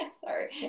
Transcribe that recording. Sorry